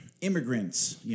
immigrants